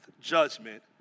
judgment